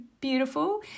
beautiful